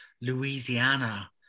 Louisiana